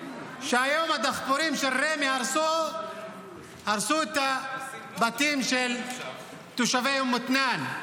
שהיום הדחפורים של רמ"י הרסו את הבתים של תושבי אום מתנאן.